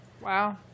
Wow